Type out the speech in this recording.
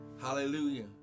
Hallelujah